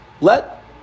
Let